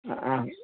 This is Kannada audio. ಹಾಂ